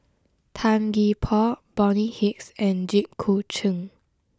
Tan Gee Paw Bonny Hicks and Jit Koon Ch'ng